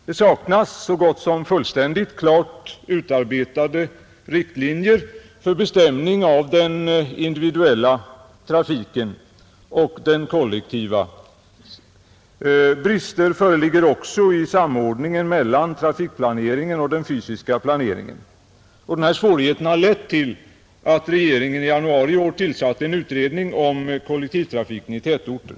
Det saknas så gott som fullständigt klart utarbetade riktlinjer för bestämning av den individuella och den kollektiva trafiken. Brister föreligger också i samordningen mellan trafikplaneringen och den fysiska planeringen. Dessa svårigheter har lett till att regeringen i januari i år tillsatte en utredning om kollektivtrafiken i tätorter.